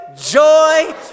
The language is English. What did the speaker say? joy